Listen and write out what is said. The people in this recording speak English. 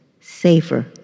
safer